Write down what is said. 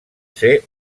ser